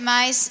Mas